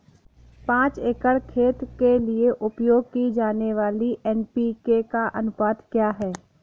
पाँच एकड़ खेत के लिए उपयोग की जाने वाली एन.पी.के का अनुपात क्या है?